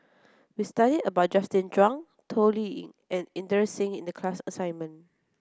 we studied about Justin Zhuang Toh Liying and Inderjit Singh in the class assignment